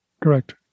Correct